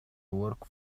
work